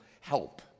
help